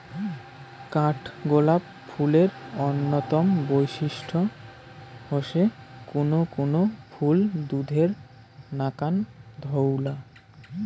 কাঠগোলাপ ফুলের অইন্যতম বৈশিষ্ট্য হসে কুনো কুনো ফুল দুধের নাকান ধওলা